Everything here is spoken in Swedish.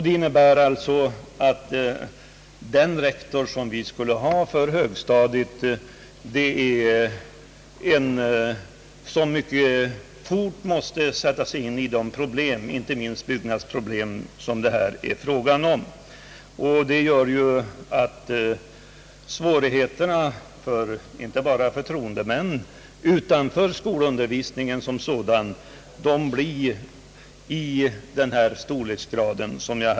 Detta medför att den som nu tjänstgör som rektor för högstadiet mycket snabbt måste sätta sig in i de problem — inte minst byggnadsfrågor — som är aktuella för oss. Härigenom uppstår svårigheter, inte bara för föriroendemännen utan även i skolundervisningen som sådan.